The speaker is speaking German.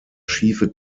schiefe